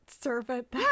servant